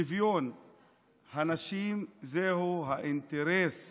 שוויון הנשים זהו האינטרס